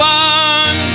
one